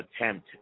attempt